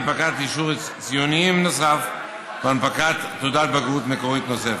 הנפקת אישור ציונים נוסף והנפקת תעודת בגרות מקורית נוספת.